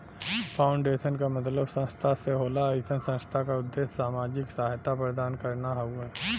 foundation क मतलब संस्था से होला अइसन संस्था क उद्देश्य सामाजिक सहायता प्रदान करना हउवे